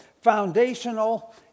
foundational